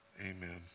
Amen